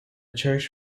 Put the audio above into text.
church